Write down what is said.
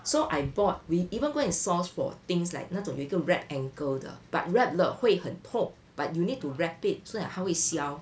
so I bought we even go and source for things like 那种一个 wrap ankle the but wrap 了会很痛 but you need to wrap it so that 它会消